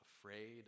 afraid